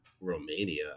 Romania